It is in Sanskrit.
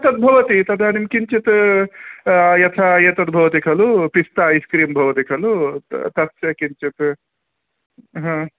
तद्भवति तदानीं किञ्चित् यथा एतद् भवति खलु पिस्ता ऐस्क्रीं भवति खलु तस्य किञ्चित् हा